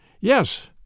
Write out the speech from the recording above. Yes